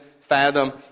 fathom